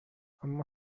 اما